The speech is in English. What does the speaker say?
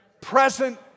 Present